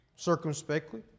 circumspectly